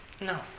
no